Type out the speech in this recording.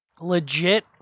Legit